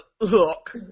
look